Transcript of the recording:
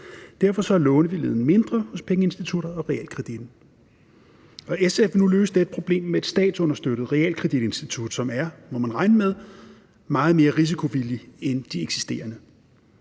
Derfor er lånevilligheden mindre hos pengeinstitutter og realkreditten. SF vil nu løse det problem med et statsunderstøttet realkreditinstitut, som er, må man regne med, meget mere risikovillig end de eksisterende.